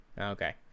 Okay